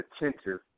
attentive